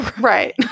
Right